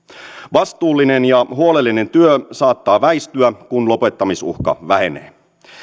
vastuullinen ja huolellinen työ saattaa väistyä kun lopettamisuhka lähenee